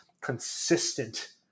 consistent